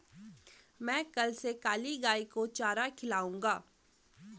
मैं कल से काली गाय को चारा खिलाऊंगा